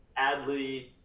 Adley